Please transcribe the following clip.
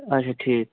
اچھا ٹھیٖک